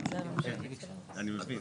כן אנחנו יכולים להספיק,